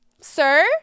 sir